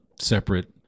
separate